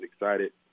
excited